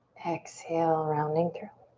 exhale, rounding through.